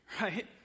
Right